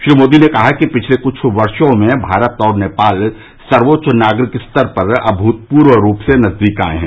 श्री मोदी ने कहा कि पिछले कुछ वर्षो में भारत और नेपाल सर्वोच्च राजनीतिक स्तर पर अभूतपूर्व रूप से नजदीक आए हैं